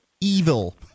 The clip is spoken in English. Evil